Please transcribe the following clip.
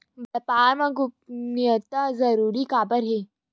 व्यापार मा गोपनीयता जरूरी काबर हे?